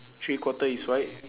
three quarter is white